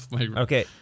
Okay